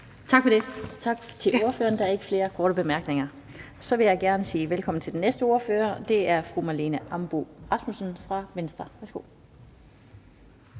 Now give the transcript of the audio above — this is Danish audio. Lind): Tak til ordføreren. Der er ikke flere korte bemærkninger. Så vil jeg gerne sige velkommen til den næste ordfører. Det er fru Marlene Ambo-Rasmussen fra Venstre. Værsgo.